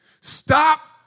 Stop